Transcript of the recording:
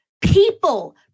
People